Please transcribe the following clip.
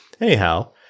Anyhow